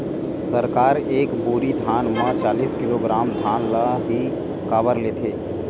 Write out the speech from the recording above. सरकार एक बोरी धान म चालीस किलोग्राम धान ल ही काबर लेथे?